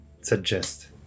suggest